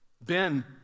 Ben